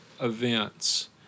events